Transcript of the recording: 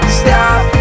stop